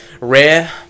Rare